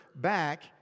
back